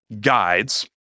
guides